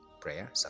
prayer